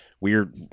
weird